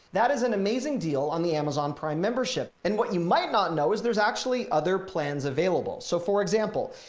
that is an amazing deal on the amazon prime membership. and what you might not know is there's actually other plans available so for example,